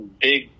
big